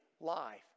life